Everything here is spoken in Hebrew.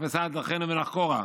'נחפשה דרכינו ונחקרה'.